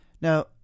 now